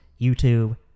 youtube